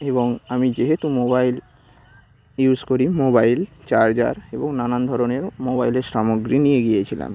এবং আমি যেহেতু মোবাইল ইউজ করি মোবাইল চার্জার এবং নানান ধরনের মোবাইলের স্রামগ্রী নিয়ে গিয়েছিলাম